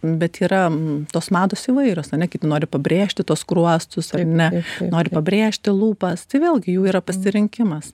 bet yra tos mados įvairios ane kaip noriu pabrėžti to skruostus ar ne nori pabrėžti lūpas tai vėlgi jų yra pasirinkimas